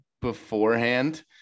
beforehand